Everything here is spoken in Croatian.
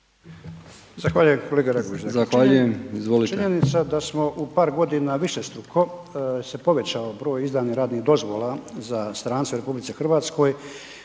Zahvaljujem, kolega Žagar,